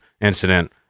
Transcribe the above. incident